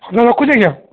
hello ରଖୁଛି ଆଜ୍ଞା